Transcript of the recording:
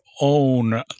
own